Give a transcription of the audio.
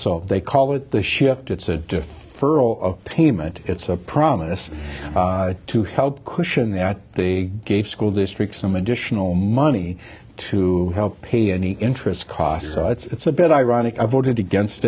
so they call it the shift it's a fur payment it's a promise to help cushion that they gave school districts some additional money to help pay any interest costs it's a bit ironic i voted against